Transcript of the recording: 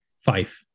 Five